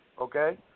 okay